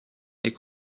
est